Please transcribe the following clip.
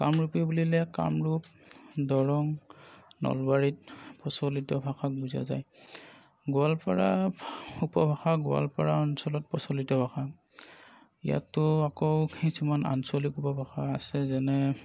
কামৰূপী বুলিলে কামৰূপ দৰং নলবাৰীত প্ৰচলিত ভাষাক বুজা যায় গোৱালাপাৰা উপভাষা গোৱালপাৰা অঞ্চলত প্ৰচলিত ভাষা ইয়াতো আকৌ কিছুমান আ়ঞ্চলিক উপভাষা আছে যেনে